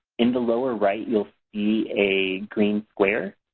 in the lower right you'll see a green square.